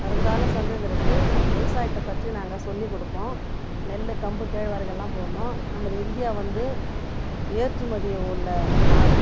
வருங்கால சந்ததியருக்கு விவசாயத்தை பற்றி நாங்கள் சொல்லி கொடுப்போம் நெல்லு கம்பு கேழ்வரகெல்லாம் போடணும் நமது இந்தியா வந்து ஏற்றுமதி உள்ள நாடு